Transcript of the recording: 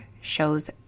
shows